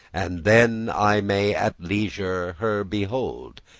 and then i may at leisure her behold,